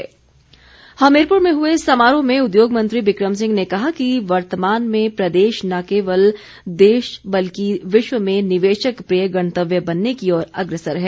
हमीरपुर समारोह हमीरपुर में हुए समारोह में उद्योग मंत्री बिक्रम सिंह ने कहा कि वर्तमान में प्रदेश न केवल देश बल्कि विश्व में निवेशक प्रिय गंतव्य बनने की ओर अग्रसर है